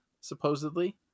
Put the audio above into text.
supposedly